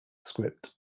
script